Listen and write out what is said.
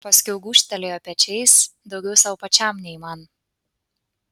paskiau gūžtelėjo pečiais daugiau sau pačiam nei man